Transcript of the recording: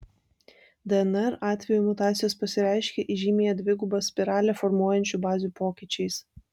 dnr atveju mutacijos pasireiškia įžymiąją dvigubą spiralę formuojančių bazių pokyčiais